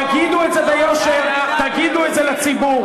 תגידו את זה ביושר, תגידו את זה לציבור.